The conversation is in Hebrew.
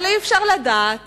אבל אי-אפשר לדעת